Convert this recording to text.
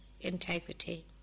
integrity